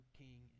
king